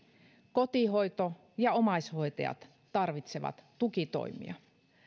kotihoito ja omaishoitajat tarvitsevat tukitoimia